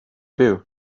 byw